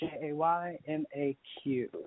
J-A-Y-M-A-Q